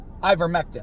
ivermectin